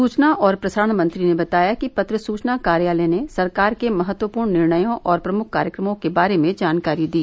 सूचना और प्रसारण मंत्री ने बताया कि पत्र सूचना कार्यालय ने सरकार के महत्वपूर्ण निर्णयों और प्रमुख कार्यक्रमों के बारे में जानकारी दी